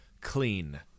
clean